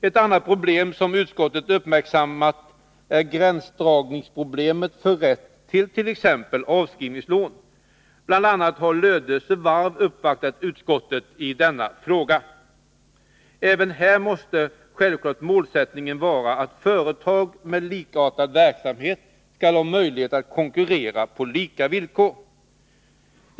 Ett annat problem som utskottet uppmärksammat är gränsdragningen i fråga om rätt till exempelvis avskrivningslån. Bl.a. har Lödöse varv uppvaktat utskottet i denna fråga. Även här måste självklart målsättningen vara att företag med likartad verksamhet skall ha möjlighet att konkurrera på lika villkor.